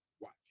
watch